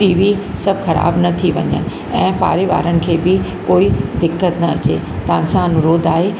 T V सभु ख़राबु न थी वञनि ऐं पाड़ेवारनि खे बि कोई दिक़त न अचे तव्हां सां अनुरोध आहे